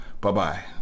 Bye-bye